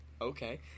Okay